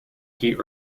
heat